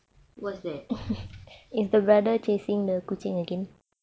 what's that